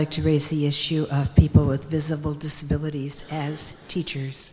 like to raise the issue of people with visible disabilities as teachers